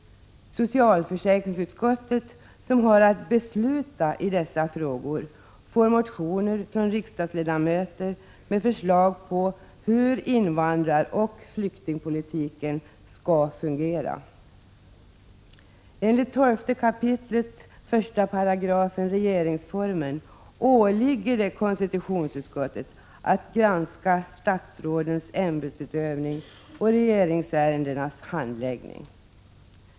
Socialförsäkringsutskottet, som har att besluta i dessa frågor, får motioner från riksdagsledamöter med förslag om hur invandraroch flyktingpolitiken skall fungera. Enligt 12 kap. 1 § regeringsformen åligger det konstitutionsutskottet att granska statsrådens ämbetsutövning och regeringsärendenas handläggning.